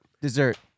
Dessert